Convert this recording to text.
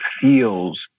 feels